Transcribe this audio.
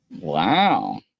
Wow